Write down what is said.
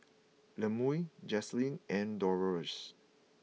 Lemuel Jaslene and Doloris